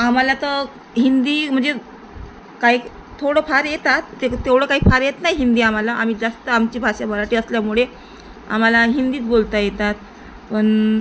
आम्हाला तर हिंदी म्हणजे काही काही थोडं फार येतात ते तेवढं काही फार येत नाही हिंदी आम्हाला आम्ही जास्त आमची भाषा मराठी असल्यामुळे आम्हाला हिंदीच बोलता येतात पण